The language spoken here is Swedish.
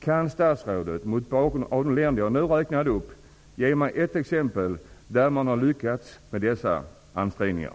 Kan statsrådet bland de länder jag nyss räknade upp ge mig ett exempel på ett land där man har lyckats med dessa ansträngningar?